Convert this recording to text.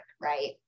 right